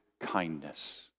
kindness